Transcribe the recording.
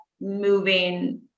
moving